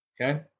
Okay